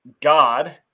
God